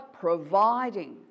providing